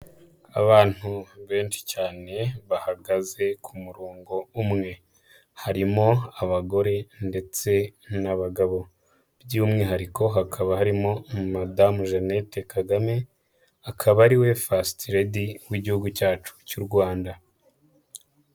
Abantu benshi cyane bahagaze ku murongo umwe, harimo abagore ndetse n'abagabo, by'umwihariko hakaba harimo Madamu Jeannette Kagame, akaba ari we Firts Lady w'Igihugu cyacu cy'u Rwanda.